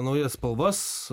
naujas spalvas